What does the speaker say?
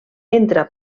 entra